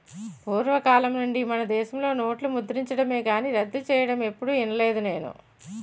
పూర్వకాలం నుండి మనదేశంలో నోట్లు ముద్రించడమే కానీ రద్దు సెయ్యడం ఎప్పుడూ ఇనలేదు నేను